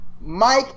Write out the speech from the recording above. Mike